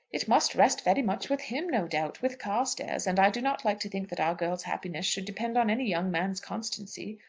it must rest very much with him, no doubt with carstairs and i do not like to think that our girl's happiness should depend on any young man's constancy.